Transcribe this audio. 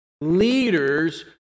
leaders